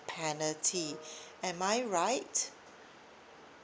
penalty am I right